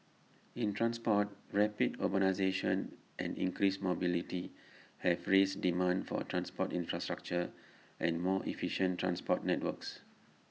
in transport rapid urbanisation and increased mobility have raised demand for transport infrastructure and more efficient transport networks